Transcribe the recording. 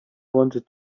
wanted